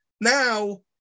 now